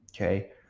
Okay